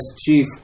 Chief